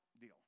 deal